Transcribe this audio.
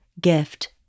gift